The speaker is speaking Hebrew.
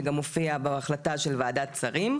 זה גם מופיע בהחלטה של ועדת שרים.